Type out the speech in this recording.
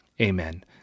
Amen